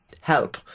help